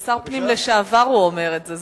כשר הפנים לשעבר הוא אומר את זה.